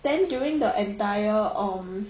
then during the entire um